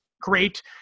great